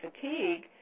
fatigue